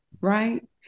right